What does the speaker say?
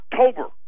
October